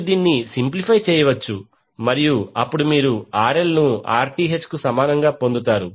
మీరు దీన్ని సింప్లిఫై చేయవచ్చు మరియు అప్పుడు మీరు RL ను Rth కు సమానంగా పొందుతారు